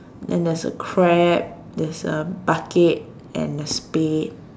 and there's a crab there's a bucket and a spade